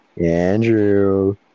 Andrew